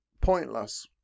Pointless